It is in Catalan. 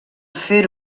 fer